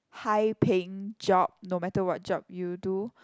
high paying job no matter what job you do